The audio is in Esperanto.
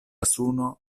suno